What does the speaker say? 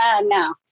No